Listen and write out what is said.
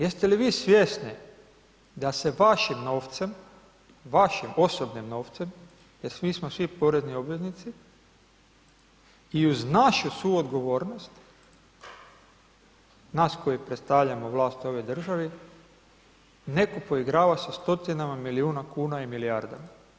Jeste li vi svjesni da se vašim novcem, vašim osobnim novcem, jer mi smo svi porezni obveznici i uz našu suodgovornost, nas koji predstavljamo vlast u ovoj državi neko poigrava sa stotima milijuna kuna i milijardama.